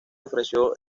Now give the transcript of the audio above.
ofreció